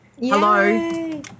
Hello